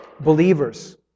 believers